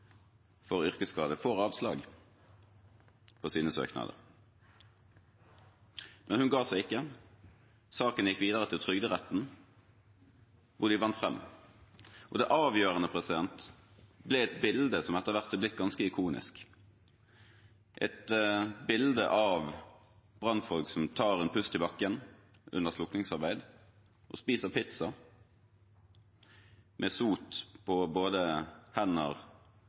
for yrkesskade, får avslag på sine søknader. Men hun ga seg ikke. Saken gikk videre til Trygderetten, hvor de vant fram. Det avgjørende ble et bilde som etter hvert er blitt ganske ikonisk, et bilde av brannfolk som tar en pust i bakken under slukkingsarbeid og spiser pizza med sot på både hender,